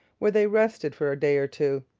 where they rested for a day or two.